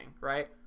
right